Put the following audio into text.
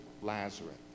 Lazarus